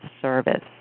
service